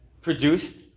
produced